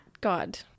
god